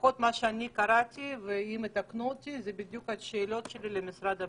וזה בדיוק השאלות שלי למשרד הבריאות.